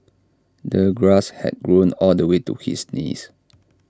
the grass had grown all the way to his knees